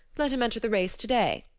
let him enter the race today.